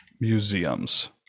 museums